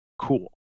Cool